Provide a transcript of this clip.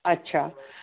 अच्छा